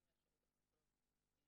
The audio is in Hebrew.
גם מהשירות הפסיכולוגי-ייעוצי.